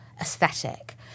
aesthetic